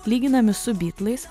lyginami su bytlais